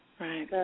right